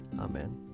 Amen